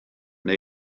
neu